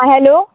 hello